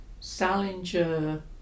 Salinger